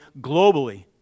globally